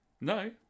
no